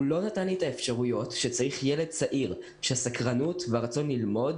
הוא לא נתן לי את האפשרויות שצריך ילד צעיר שהסקרנות והרצון ללמוד,